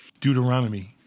Deuteronomy